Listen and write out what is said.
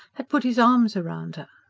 had put his arms round her.